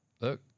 Look